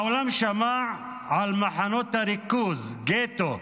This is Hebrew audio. העולם שמע על מחנות הריכוז, על גטאות,